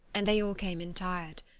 and they all came in tired.